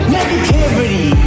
Negativity